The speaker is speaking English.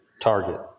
target